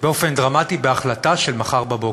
באופן דרמטי, בהחלטה של מחר בבוקר.